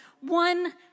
one